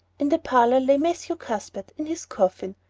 in the parlor lay matthew cuthbert in his coffin,